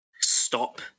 stop